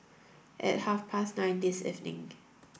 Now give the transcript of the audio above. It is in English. at half past nine this evening